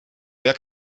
jak